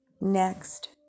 Next